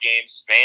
games